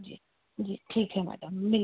जी जी ठीक है मैडम मिल